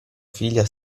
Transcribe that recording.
figlia